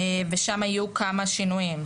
ושם היו כמה שינויים.